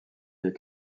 les